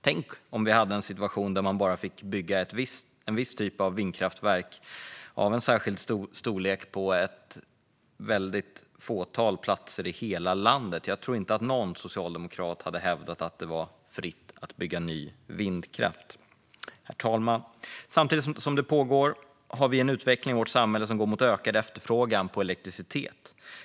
Tänk om vi skulle ha en situation där man bara fick bygga en viss typ av vindkraftverk av en särskild storlek på ett fåtal platser i hela landet. Jag tror inte att någon socialdemokrat hade hävdat att det var fritt att bygga ny vindkraft då. Herr talman! Samtidigt som detta pågår har vi en utveckling i vårt samhälle som går mot ökad efterfrågan på elektricitet.